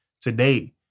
today